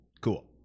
Cool